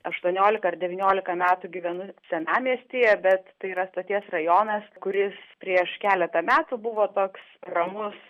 aštuoniolika ar devyniolika metų gyvenu senamiestyje bet tai yra stoties rajonas kuris prieš keletą metų buvo toks ramus